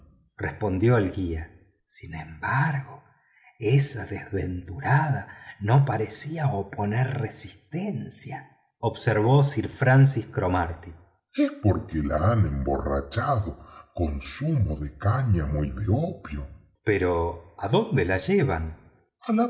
respondió el guía sin embargo esa desventurada no parecía oponer resistencia observó sir francis cromarty es porque la han emborrachado con zumo de cáñamo y de opio pero adónde la llevan